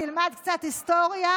תלמד קצת היסטוריה,